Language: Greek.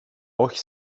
όχι